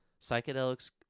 psychedelics